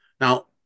Now